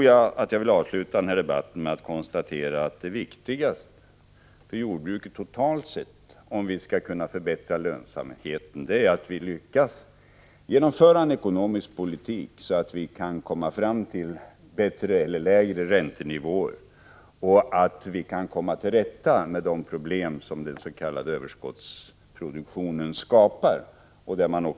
Jag vill för min del avsluta denna debatt med att konstatera att det viktigaste för jordbruket totalt sett, om vi skall kunna förbättra lönsamheten, är att vi lyckas genomföra en ekonomisk politik som medför lägre räntenivåer och att vi kan komma till rätta med de problem som den s.k. överskottsproduktionen skapar.